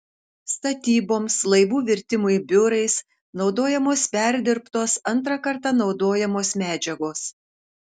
statyboms laivų virtimui biurais naudojamos perdirbtos antrą kartą naudojamos medžiagos